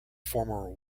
former